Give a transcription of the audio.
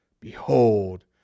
Behold